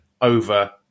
over